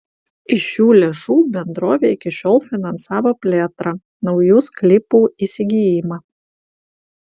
iš šių lėšų bendrovė iki šiol finansavo plėtrą naujų sklypų įsigijimą